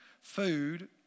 food